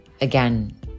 again